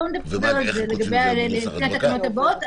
בואו נדבר על זה לפני התקנות הבאות.